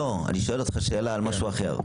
אני שואל שאלה על משהו אחר.